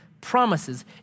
promises